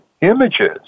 images